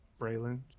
Braylon